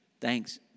Thanks